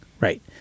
right